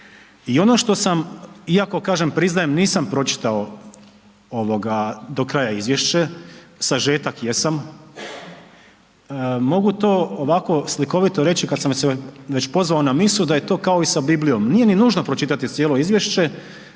I ono što sam, iako kažem priznajem nisam pročitao do kraja izvješće, sažetak jesam, mogu to ovako slikovito reći kad sam se već pozvao na misu, da je to kao i sa Biblijom, nije ni nužno pročitati cijelo izvješće